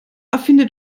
erfinde